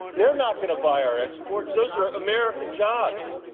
they're not going to buy our exports. those are american jobs